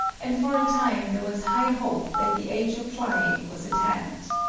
and for a time there was high hope that the age of flying was at hand.